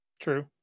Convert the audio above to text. True